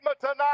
tonight